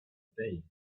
day